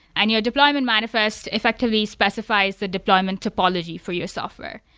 and your deployment manifest effectively specifies the deployment topology for your software.